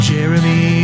Jeremy